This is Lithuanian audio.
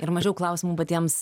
ir mažiau klausimų patiems